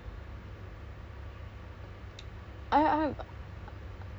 G_G ah you really masak maggi ke masak apa